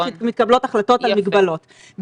שמתקבלות החלטות על מגבלות.